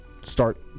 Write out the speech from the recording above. start